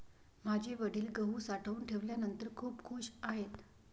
माझे वडील गहू साठवून ठेवल्यानंतर खूप खूश आहेत